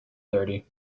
thirty